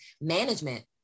management